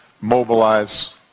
mobilize